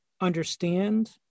understand